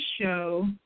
show